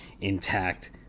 intact